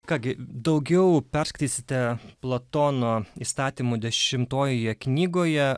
ką gi daugiau perskaitysite platono įstatymų dešimtojoje knygoje